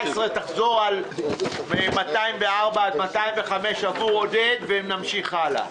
תחזור על 204 205 עבור עודד ונמשיך הלאה.